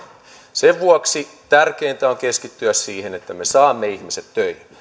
sen vuoksi tärkeintä on keskittyä siihen että me saamme ihmiset töihin